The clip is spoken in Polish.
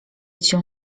cię